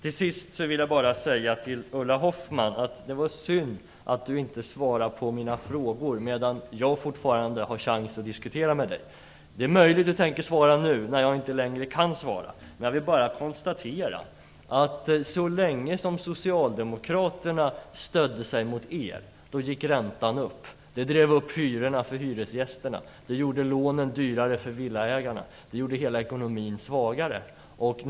Slutligen var det synd att Ulla Hoffmann inte svarade på mina frågor medan jag fortfarande hade chansen att diskutera med henne. Det är möjligt att Ulla Hoffmann tänker ge svar nu när jag inte längre har möjlighet att bemöta det hon säger. Men jag vill bara konstatera att så länge Socialdemokraterna stödde sig mot er, gick räntan upp. Det drev upp hyrorna för hyresgästerna, gjorde lånen dyrare för villaägarna och gjorde hela ekonomin svagare.